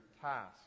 task